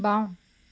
বাওঁ